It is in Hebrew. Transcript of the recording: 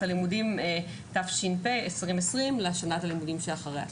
הלימודים תש"פ 2020 לשנת הלימודים שאחריה.